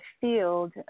field